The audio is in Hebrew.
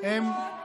אין שום קומבינות.